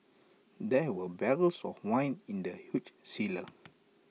there were barrels of wine in the huge cellar